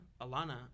Alana